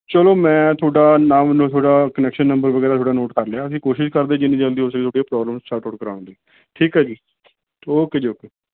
ਚਲੋ ਮੈਂ ਤੁਹਾਡਾ ਨਾਮ ਤੁਹਾਡਾ ਕਨੈਕਸ਼ਨ ਨੰਬਰ ਵਗੈਰਾ ਤੁਹਾਡਾ ਨੋਟ ਕਰ ਲਿਆ ਅਸੀਂ ਕੋਸ਼ਿਸ਼ ਕਰਦੇ ਜਿੰਨੀ ਜਲਦੀ ਹੋ ਸਕੇ ਤੁਹਾਡੀ ਆਹ ਪ੍ਰੋਬਲਮ ਸਾਰਟ ਆਊਟ ਕਰਾਉਣ ਦੀ ਠੀਕ ਹੈ ਜੀ ਓਕੇ ਜੀ ਓਕੇ